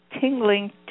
Tingling